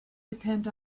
depend